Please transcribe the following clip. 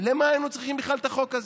למה היינו צריכים בכלל את החוק הזה?